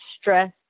stress